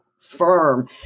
firm